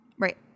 Right